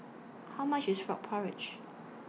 How much IS Frog Porridge